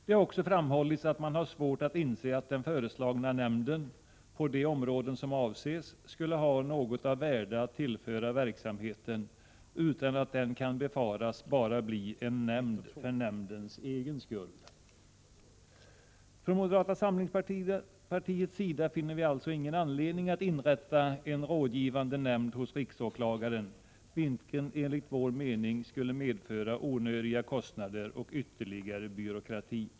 Det har också framhållits att man har svårt att inse att den föreslagna nämnden på de områden som avses skulle ha något av värde att tillföra verksamheten, utan att den kan befaras bara bli en nämnd för nämndens egen skull. Moderata samlingspartiet finner alltså ingen anledning att inrätta en rådgivande nämnd hos riksåklagaren, en nämnd som enligt vår mening skulle medföra onödiga kostnader och ytterligare byråkrati.